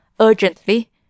Urgently